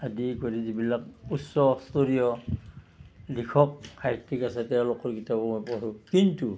আদি কৰি যিবিলাক উচ্চস্তৰীয় লিখক সাহিত্যিক আছে তেওঁলোকৰ কিতাপো মই পঢ়োঁ কিন্তু